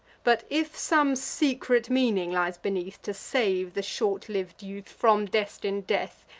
but, if some secret meaning lies beneath, to save the short-liv'd youth from destin'd death,